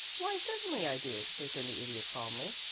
why certainly i do, returned the idiot, calmly.